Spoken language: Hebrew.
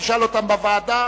תשאל אותן בוועדה,